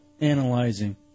Analyzing